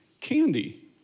Candy